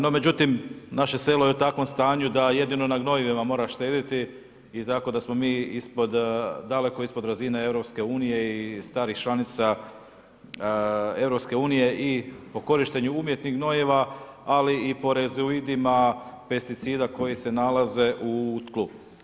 No, međutim, naše selo je u takvom stanju, da jedino na gnojivima mora štedjeti, tako da smo mi daleko ispod razine EU i starih članica EU i po korištenju umjetnih gnojiva, ali i po rezuidima, pesticida koji se nalaze u tlu.